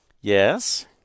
Yes